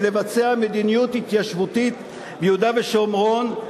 מלבצע מדיניות התיישבותית ביהודה ובשומרון.